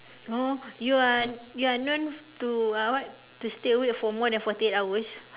!huh! you are you are known to uh what to stay awake for more than forty eight hours